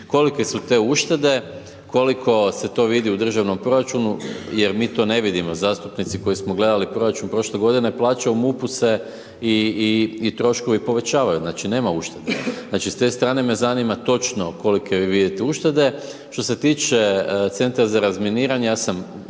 kolike su te uštede, koliko se to vidi u državnom proračunu jer mi to ne vidimo. Zastupnici koji smo gledali proračun prošle godine, plaća u MUP-u se i troškovi se povećavaju, znači, nema uštede, znači, s te strane me zanima točno kolike vi vidite uštede. Što se tiče Centra za razminiranje, ja sam u